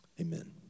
Amen